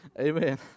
Amen